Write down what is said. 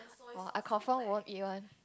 orh I confirm won't eat one